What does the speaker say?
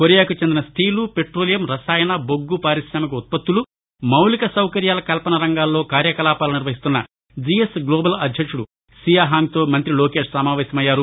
కొరియాకు చెందిన steel petroleum రసాయన బొగ్గ పార్కిశామిక ఉత్పత్తులు మౌలిక సౌకర్యాల కల్పన రంగాల్లో కార్యకలాపాలు నిర్వహిస్తున్న జీఎస్ గ్లోబల్ అధ్యక్షుడు సీయాహాంగ్తో మంఁతి లోకేష్ సమావేశమయ్యారు